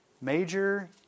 major